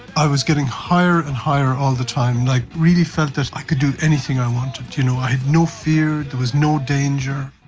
i was getting higher and higher all the time, i like really felt that i could do anything i wanted. you know i had no fear, there was no danger.